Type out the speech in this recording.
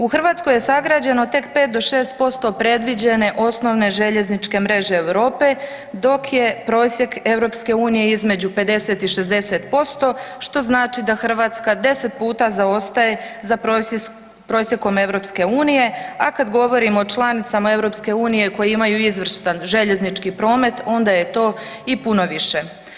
U Hrvatskoj je sagrađeno tek 5 do 6% predviđene osnovne željezničke mreže Europe dok je prosjek EU između 50 i 60% što znači da Hrvatska deset puta zaostaje za prosjekom EU, a kada govorimo o članicama EU koje imaju izvrstan željeznički promet onda je to i puno više.